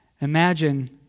Imagine